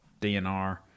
DNR